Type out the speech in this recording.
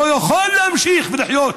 לא יכול להמשיך לחיות